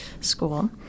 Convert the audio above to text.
school